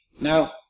Now